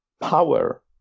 power